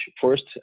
first